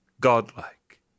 godlike